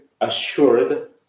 assured